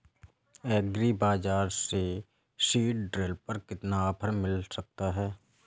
Agree bazaar से seed drill पर कितना ऑफर मिल सकता है?